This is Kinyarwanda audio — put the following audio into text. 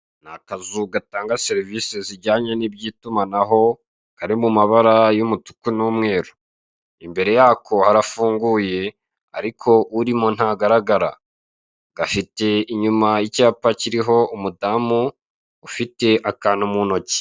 Ni akazu gatanga serivisi zijyanye n'ibyitumanaho kari mu mabara y'umutuku n'umweru, imbere yako harafunguye ariko urimo ntagaragara, gafite inyuma icyapa kiriho umudamu ufite akantu mu ntoki.